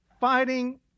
fighting